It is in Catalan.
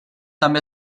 també